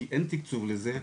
כי אין תקצוב לזה,